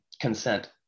consent